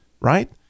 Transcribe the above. right